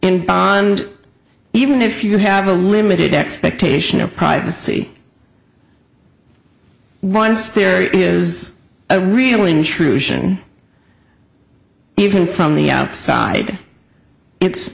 and even if you have a limited expectation of privacy once there is a real intrusion even from the outside it's